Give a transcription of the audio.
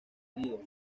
unidos